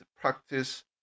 practice